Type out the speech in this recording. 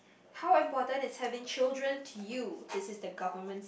how important is having children to you this is the government